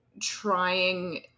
trying